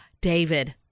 David